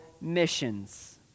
missions